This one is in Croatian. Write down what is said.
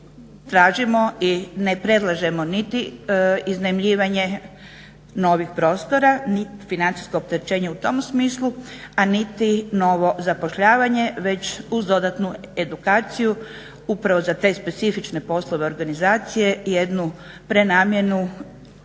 tražimo i ne predlažemo niti iznajmljivanje novih prostora niti financijsko opterećenje u tom smislu, a niti novo zapošljavanje već uz dodatnu edukaciju upravo za te specifične poslove organizacije jednu prenamjenu